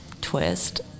twist